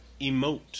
emote